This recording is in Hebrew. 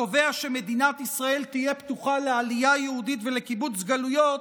הקובע שמדינת ישראל תהיה פתוחה לעלייה יהודית ולקיבוץ גלויות,